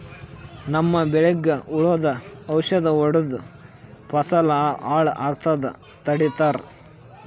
ನಮ್ಮ್ ಬೆಳಿಗ್ ಹುಳುದ್ ಔಷಧ್ ಹೊಡ್ದು ಫಸಲ್ ಹಾಳ್ ಆಗಾದ್ ತಡಿತಾರ್